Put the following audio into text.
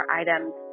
items